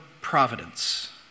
providence